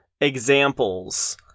examples